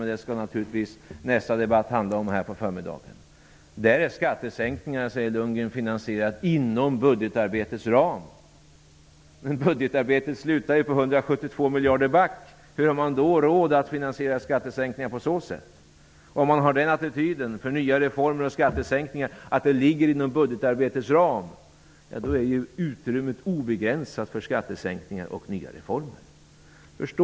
Men det skall nästa debatt här på förmiddagen handla om. Skattesänkningarna, säger Bo Lundgren, är finansierade inom budgetarbetets ram. Men budgetarbetet slutar ju i att vi ligger 172 miljarder back. Hur har man då råd att finansiera skattesänkningar på nämnda sätt? Om man har den attityden till nya reformer och skattesänkningar, dvs. att det ligger inom budgetarbetets ram, blir ju utrymmet för skattesänkningar och nya reformer obegränsat.